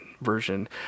version